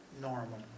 normal